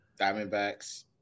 Diamondbacks